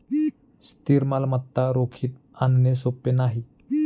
स्थिर मालमत्ता रोखीत आणणे सोपे नाही